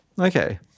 Okay